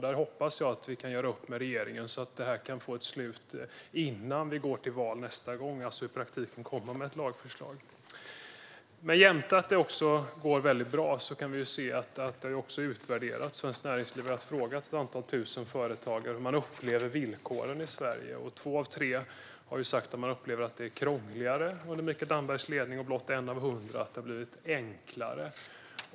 Där hoppas jag att vi kan göra upp med regeringen så att det kan få ett slut innan vi går till val nästa gång, alltså i praktiken att det kommer ett lagförslag. Jämte att det går väldigt bra har det utvärderats. Svenskt Näringsliv har frågat ett antal tusen företagare hur de upplever villkoren i Sverige. Två av tre har sagt att de upplever att det är krångligare under Mikael Dambergs ledning och blott en av hundra att det har blivit enklare.